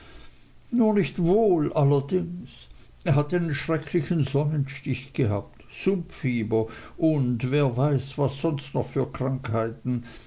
nur nicht wohl allerdings er hat einen schrecklichen sonnenstich gehabt sumpffieber und wer weiß was sonst noch für krankheiten